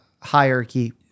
hierarchy